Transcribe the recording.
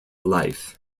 life